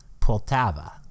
Poltava